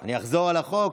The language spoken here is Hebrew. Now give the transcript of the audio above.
אני אחזור על החוק: